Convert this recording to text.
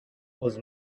was